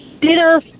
dinner